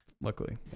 Luckily